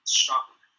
struggle